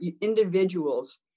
individuals